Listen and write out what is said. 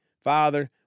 Father